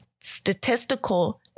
statistical